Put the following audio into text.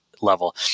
Level